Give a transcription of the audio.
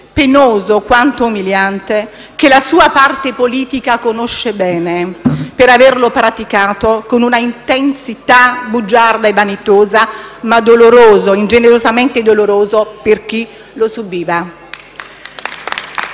penoso quanto umiliante, che la sua parte politica conosce bene, per averlo praticato con una intensità bugiarda e vanitosa, ma doloroso, ingenerosamente doloroso per chi lo subiva.